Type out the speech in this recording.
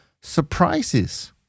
surprises